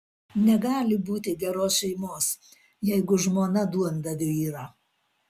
negali būti geros šeimos jeigu žmona duondaviu yra